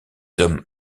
hommes